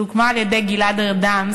שהוקמה על-ידי גלעד ארדן,